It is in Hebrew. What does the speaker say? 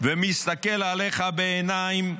מסתכל עליך בעיניים,